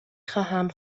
خواهم